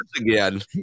again